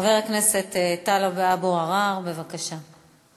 חבר הכנסת טלב אבו עראר, בבקשה.